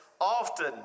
often